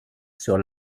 sur